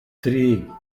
three